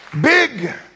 big